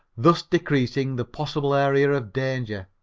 thus decreasing the possible area of danger.